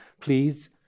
Please